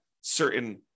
certain